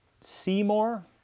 Seymour